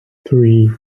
three